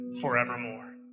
forevermore